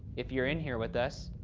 if you're in here with us,